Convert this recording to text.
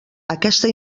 aquesta